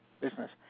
business